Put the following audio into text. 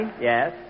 Yes